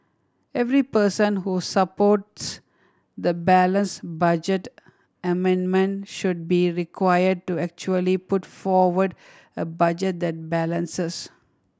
every person who supports the balanced budget amendment should be required to actually put forward a budget that balances